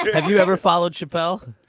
have you ever followed chappelle.